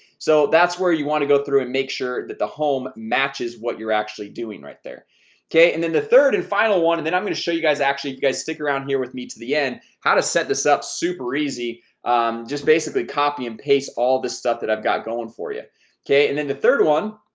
so that's where you want to go through and make sure that the home matches what you're actually doing right there okay and then the third and final one and then i'm going to show you guys actually you guys stick around here with me to the end how to set this up super easy just basically copy and paste all this stuff that i've got going for you okay, and then the third one?